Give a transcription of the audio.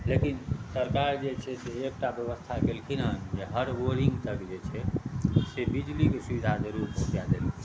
लेकिन सरकार जे छै से एकटा व्यवस्था केलखिन हँ जे हर बोरिङ्ग तक जे छै से बिजलीके सुविधा जरूर पहुँचा देलखिन हँ